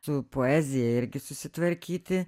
su poezija irgi susitvarkyti